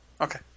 Okay